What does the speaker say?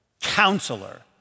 counselor